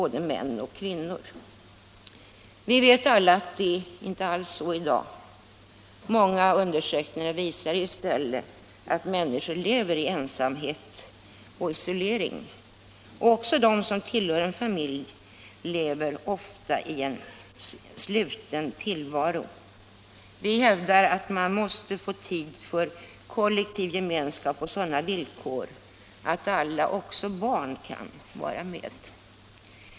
Vi vet alla att det inte alls är så i dag. Många undersökningar visar i stället att människor lever i ensamhet och isolering. Även de som tillhör en familj lever ofta i en sluten tillvaro. Vi hävdar att man måste få tid för kollektiv gemenskap på sådana villkor att alla, också barn, kan vara med.